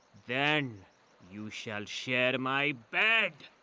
then you shall share my bed!